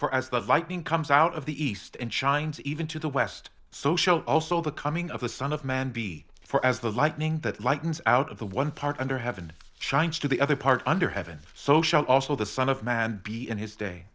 for as the viking comes out of the east and shines even to the west so shall also the coming of the son of man be for as the lightning that lightens out of the one part under heaven shines to the other part under heaven so shall also the son of man be in his day